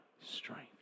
strength